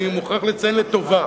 אני מוכרח לציין לטובה